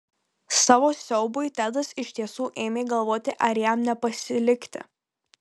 savo siaubui tedas iš tiesų ėmė galvoti ar jam nepasilikti